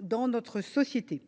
dans notre société.